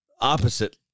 opposite